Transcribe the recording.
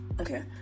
Okay